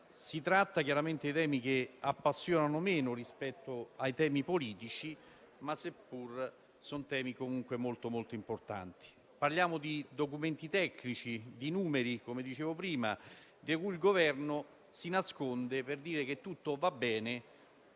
Si tratta chiaramente di temi che appassionano meno rispetto ai temi politici, nonostante siano questioni comunque molto importanti. Parliamo di documenti tecnici, di numeri, come dicevo prima, dietro i quali il Governo si nasconde per dire che tutto va bene